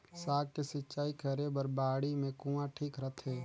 साग के सिंचाई करे बर बाड़ी मे कुआँ ठीक रहथे?